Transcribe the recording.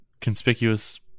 Conspicuous